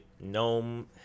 Gnome